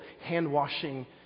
hand-washing